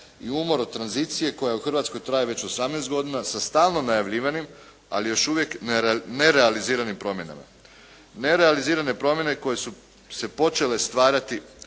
i umor od tranzicije koja u Hrvatskoj traje već 18 godina sa stalno najavljivanim, ali još uvijek nerealiziranim promjenama. Nerealizirane promjene koje su se počele stvarati,